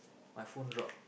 my phone drop